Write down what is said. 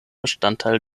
bestandteil